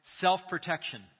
self-protection